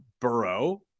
Burrow